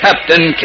Captain